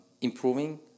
improving